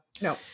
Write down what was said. No